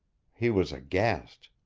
he was aghast.